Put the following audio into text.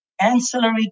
ancillary